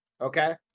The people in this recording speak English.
Okay